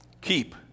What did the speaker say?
keep